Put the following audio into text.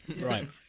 Right